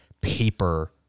paper